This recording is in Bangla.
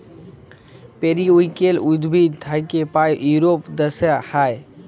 পেরিউইঙ্কেল উদ্ভিদ থাক্যে পায় ইউরোপ দ্যাশে হ্যয়